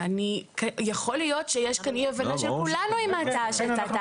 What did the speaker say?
יכול להיות שיש כאן אי-הבנה של כולנו עם ההצעה שהצעת,